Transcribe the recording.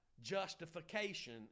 justification